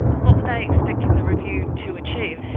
what were they expecting the review to achieve?